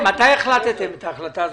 מתי החלטתם את ההחלטה הזאת?